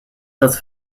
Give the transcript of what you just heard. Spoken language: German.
das